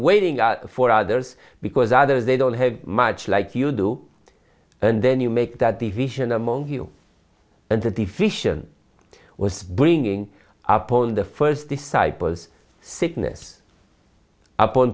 waiting for others because other they don't have much like you do and then you make that division among you and the deficient was bringing up on the first disciples sickness upon